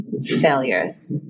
failures